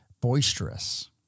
boisterous